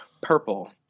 purple